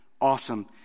awesome